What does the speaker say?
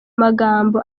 magambo